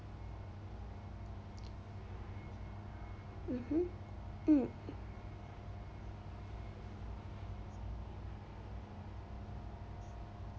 mmhmm mm